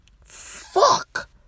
Fuck